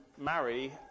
marry